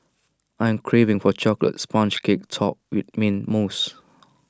I am craving for A Chocolate Sponge Cake Topped with Mint Mousse